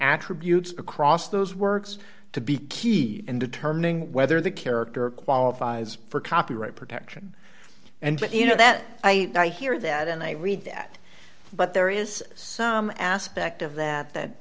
attribute across those works to be key in determining whether the character qualifies for copyright protection and you know that i hear that and i read that but there is some aspect of that that